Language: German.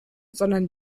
sondern